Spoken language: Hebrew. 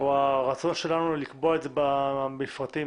לקבוע מפרטים